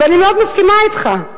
ואני מאוד מסכימה אתך.